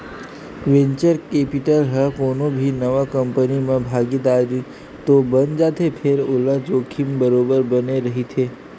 venture capital ह कोनो भी नवा कंपनी म भागीदार तो बन जाथे फेर ओला जोखिम बरोबर बने रहिथे